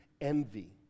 envy